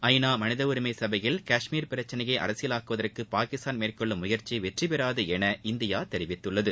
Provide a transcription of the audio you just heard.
ஐநா மனிதஉரிமை சபையில் காஷ்மீர் பிரச்சினையை அரசியலாக்குவதற்கு பாகிஸ்தான் மேற்கொள்ளும் முயற்சி வெற்றி பெறாது என இந்தியா தெரிவித்துள்ளது